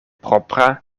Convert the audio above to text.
propra